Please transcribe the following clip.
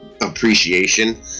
appreciation